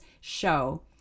show